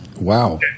Wow